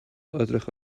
edrych